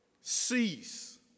cease